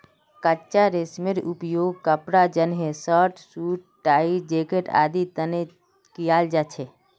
कच्चा रेशमेर उपयोग कपड़ा जंनहे शर्ट, सूट, टाई, जैकेट आदिर तने कियाल जा छे